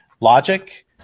logic